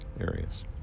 areas